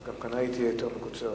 אז כנראה היא תהיה יותר מקוצרת,